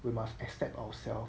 we must accept ourselves